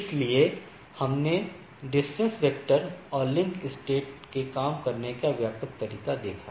इसलिए हमने distance vector और लिंक स्टेट के काम करने का व्यापक तरीका देखा है